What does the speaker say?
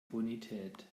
bonität